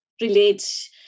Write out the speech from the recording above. relates